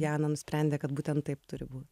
jana nusprendė kad būtent taip turi būt